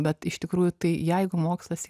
bet iš tikrųjų tai jeigu mokslas